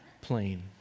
plain